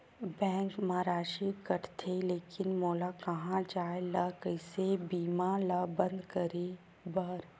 Bank मा राशि कटथे लेकिन मोला कहां जाय ला कइसे बीमा ला बंद करे बार?